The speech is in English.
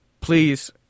Please